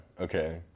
Okay